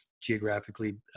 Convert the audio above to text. geographically